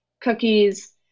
cookies